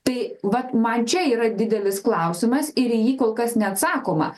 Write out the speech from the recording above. tai vat man čia yra didelis klausimas ir į jį kol kas neatsakoma